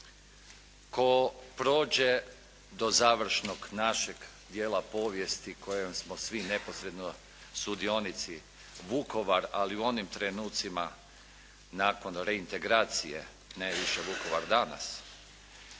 tko prođe do završnog našeg dijela povijesti kojoj smo svi neposredno sudionici, Vukovar, ali u onim trenucima nakon reintegracije, na više Vukovar danas,